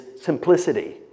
simplicity